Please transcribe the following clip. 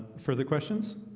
further questions